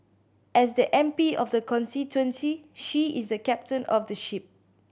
as the M P of the constituency she is the captain of the ship